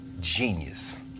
Genius